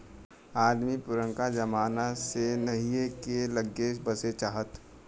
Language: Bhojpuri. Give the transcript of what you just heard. अदमी पुरनका जमाना से नहीए के लग्गे बसे चाहत